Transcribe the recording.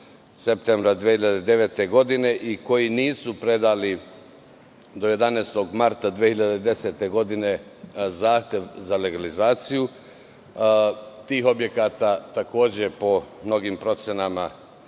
septembra 2009. godine i koji nisu predali do 11. marta 2010. godine zahtev za legalizaciju. Tih objekata, takođe, po mnogim procenama